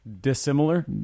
dissimilar